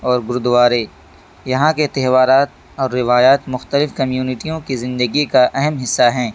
اور گردوارے یہاں کے تہوارات اور روایات مختلف کمیونٹیوں کی زندگی کا اہم حصہ ہیں